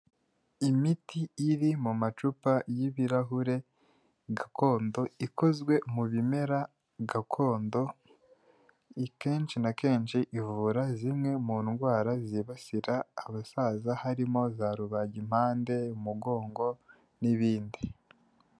Imiti iri mu macupa y'ibirahure gakondo ikozwe mu bimera gakondo ni kenshi na kenshi ivura zimwe mu ndwara zibasira abasaza harimo za rubagimpande, umugongo n'ibindi